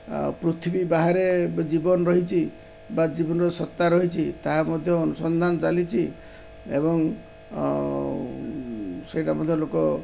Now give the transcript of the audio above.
ପୃଥିବୀ ବାହାରେ ଜୀବନ ରହିଛି ବା ଜୀବନର ସତ୍ତା ରହିଛି ତାହା ମଧ୍ୟ ଅନୁସନ୍ଧାନ ଚାଲିଛି ଏବଂ ସେଇଟା ମଧ୍ୟ ଲୋକ